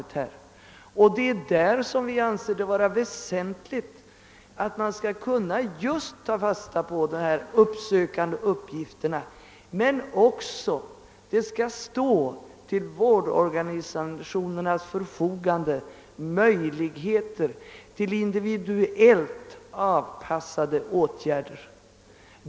Det är därför vi anser det väsentligt att man skall kunna ta fasta på just de uppsökande uppgifterna. Men vi anser det också väsentligt att vårdorganisationerna har möjlighet att vidta individuellt avpassade åtgärder.